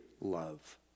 love